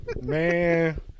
man